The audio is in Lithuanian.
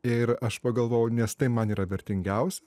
ir aš pagalvojau nes tai man yra vertingiausia